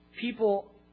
people